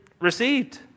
received